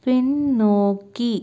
பின்னோக்கி